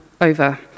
over